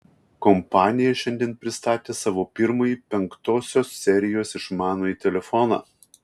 kompanija šiandien pristatė savo pirmąjį penktosios serijos išmanųjį telefoną